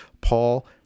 Paul